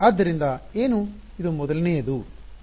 ಆದ್ದರಿಂದ ಏನು ಇದು ಮೊದಲನೆಯದು